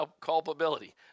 culpability